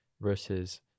versus